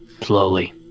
Slowly